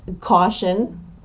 caution